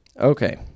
Okay